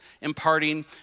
imparting